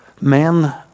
Men